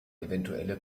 eventuelle